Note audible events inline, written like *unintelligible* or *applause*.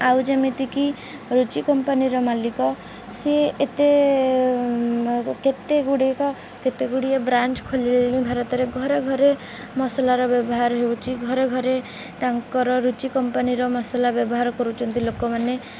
ଆଉ ଯେମିତିକି ରୁଚି କମ୍ପାନୀର ମାଲିକ ସିଏ ଏତେ *unintelligible* କେତେ ଗୁଡ଼ିକ କେତେ ଗୁଡ଼ିଏ ବ୍ରାଞ୍ଚ୍ ଖୋଲିଲେଣି ଭାରତରେ ଘରେ ଘରେ ମସଲାର ବ୍ୟବହାର ହେଉଛି ଘରେ ଘରେ ତାଙ୍କର ରୁଚି କମ୍ପାନୀର ମସଲା ବ୍ୟବହାର କରୁଛନ୍ତି ଲୋକମାନେ